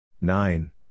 Nine